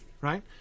right